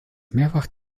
mehrfach